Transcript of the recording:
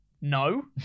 No